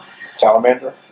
Salamander